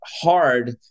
hard